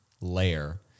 layer